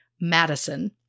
Madison